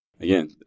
Again